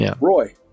Roy